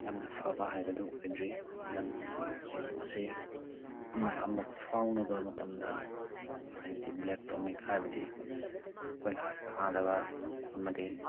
ꯌꯥꯝꯅ ꯐꯕ ꯍꯥꯏꯕꯗꯨ ꯑꯣꯏꯗ꯭ꯔꯤ ꯂꯝꯕꯤꯁꯤꯡ ꯑꯁꯤ ꯑꯃꯒ ꯑꯃꯒ ꯐꯥꯎꯅꯕ ꯃꯇꯝꯗ ꯍꯥꯏꯕꯗꯤ ꯕ꯭ꯂꯦꯛ ꯇꯣꯞꯄꯤꯡ ꯍꯥꯏꯕꯗꯤ ꯀꯣꯏꯂꯥꯁ ꯊꯥꯗꯕ ꯑꯃꯗꯤ